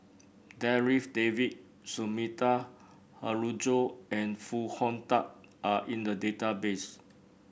Darryl David Sumida Haruzo and Foo Hong Tatt are in the database